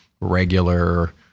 regular